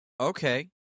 Okay